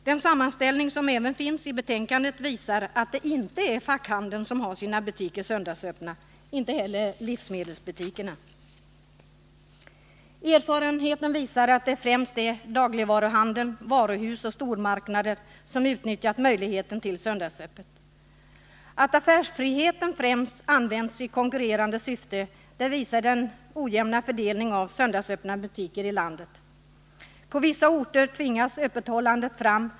Den sammanställning som även finns i betänkandet visar att det inte är fackhandeln som har sina butiker söndagsöppna, inte heller livsmedelsbranschen. Erfarenheten visar att det främst är dagligvaruhandel, varuhus och stormarknader, som har utnyttjat möjligheterna till söndagsöppet. Att affärsfriheten främst används i konkurrerande syfte visar den ojämna fördelningen av söndagsöppetbutiker i landet. På vissa orter tvingas öppethållandet fram.